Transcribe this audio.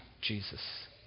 Jesus